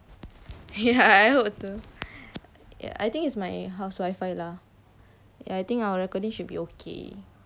ya I hope too ya I think it's my house wifi lah ya I think our recording should be okay